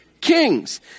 Kings